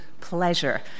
pleasure